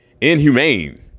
inhumane